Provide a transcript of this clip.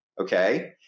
Okay